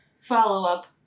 follow-up